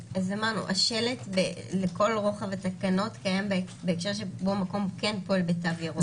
אמרנו שהשלט לכל רוחב התקנות קיים בהקשר שבו מקום כן פועל בתו ירוק.